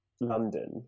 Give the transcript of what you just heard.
London